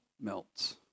melts